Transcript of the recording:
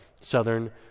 southern